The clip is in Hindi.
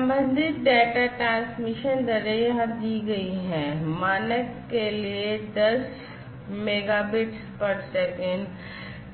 संबंधित डेटा ट्रांसमिशन दरें यहां दी गई हैं मानक के लिए 10 mbps